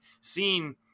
seen